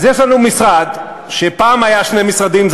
אז יש לנו משרד שפעם היה שני משרדים,